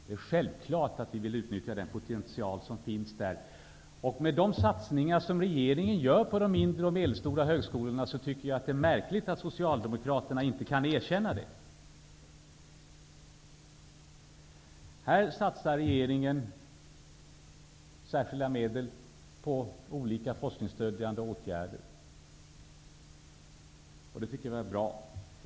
Det är självklart att vi vill utnyttja den potential som finns. Med tanke på de satsningar som regeringen gör på de mindre och medelstora högskolorna är det märkligt att Socialdemokraterna inte kan erkänna det. Regeringen satsar särskilda medel på olika forskningsstödjande åtgärder, och det tycker jag är bra.